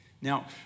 Now